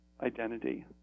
identity